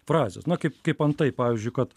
frazės na kaip kaip antai pavyzdžiui kad